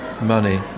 money